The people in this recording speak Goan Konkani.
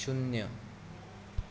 शुन्य